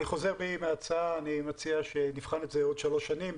אני מציע שנבחן את זה עוד שלוש שנים.